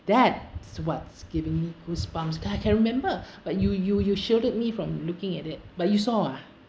that's what's giving me goosebumps I can remember but you you you shielded me from looking at it but you saw ah